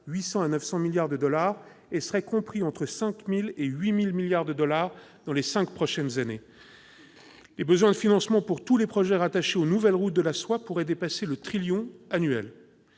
800 à 900 milliards de dollars. Ils seraient compris entre 5 000 et 8 000 milliards de dollars dans les cinq prochaines années. Les besoins de financement pour tous les projets rattachés aux nouvelles routes de la soie pourraient dépasser le trillion annuel